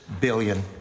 billion